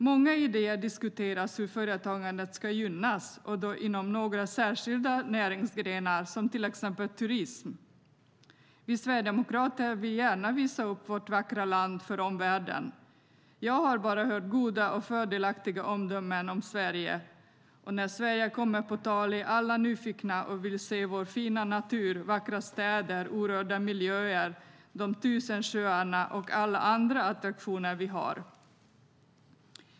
Många idéer diskuteras när det gäller hur företagandet ska gynnas, och då inom några särskilda näringsgrenar, till exempel turism. Vi sverigedemokrater vill gärna visa upp vårt vackra land för omvärlden. Jag har bara hört goda och fördelaktiga omdömen om Sverige, och när Sverige kommer på tal är alla nyfikna och vill se vår fina natur, vackra städer, orörda miljöer, de tusen sjöarna och alla andra attraktioner vi har.